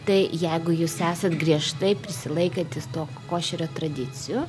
tai jeigu jūs esat griežtai prisilaikantis to košerio tradicijų